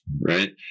right